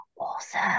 awesome